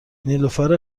نیلوفر